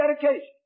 dedication